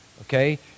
okay